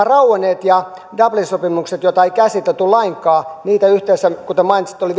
rauenneita ja dublinin sopimuksia joita ei käsitelty lainkaan kuten mainitsitte oli